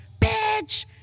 bitch